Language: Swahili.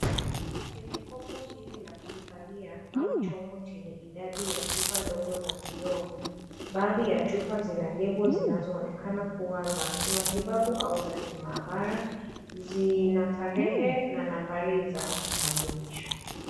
Kwenye kopo hili la kuhifadhia au chombo chenye idadi ya chupa ndogo za kioo, baadhi ya chupa zina [c's]lable zinazoonekana kuwa za kimatibabu au za kimahabara, zina tarehe na nambari ya kitambulisho.